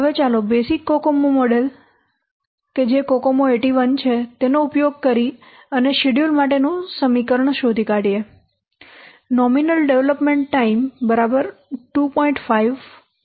હવે ચાલો basic COCOMO model model કે જે કોકોમો 81 છે તેનો ઉપયોગ કરીને શેડ્યૂલ માટેનું સમીકરણ શોધી કાઢીએ